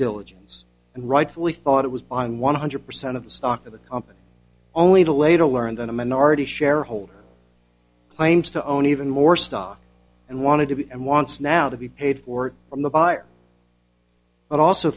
diligence and rightfully thought it was on one hundred percent of the stock of the company only to later learn than a minority shareholder claims to own even more stock and wanted to be and wants now to be paid for it from the buyer but also